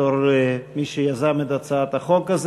בתור מי שיזמו את הצעת החוק הזאת,